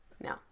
No